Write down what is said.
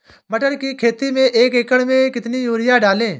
मटर की खेती में एक एकड़ में कितनी यूरिया डालें?